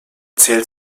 zählt